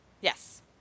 Yes